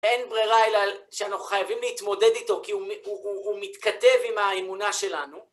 אין ברירה אלא שאנחנו חייבים להתמודד איתו כי הוא מתכתב עם האמונה שלנו.